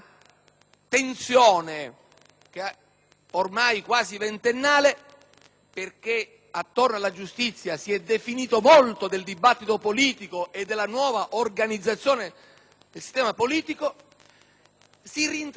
(perché attorno alla giustizia si è definito molto del dibattito politico e della nuova organizzazione del sistema politico), si rintracciò uno spazio di dialogo